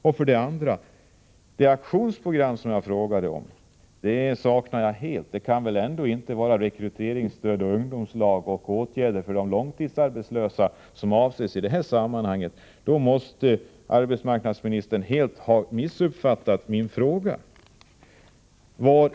Jag saknar helt det aktionsprogram som jag frågade om. Det kan väl ändå inte vara rekryteringsstöd, ungdomslag och åtgärder för de långtidsarbetslösa som avses i det här sammanhanget? I så fall måste arbetsmarknadsministern helt ha missuppfattat min fråga.